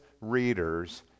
readers